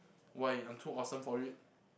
why I'm too awesome for it